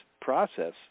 process